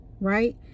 right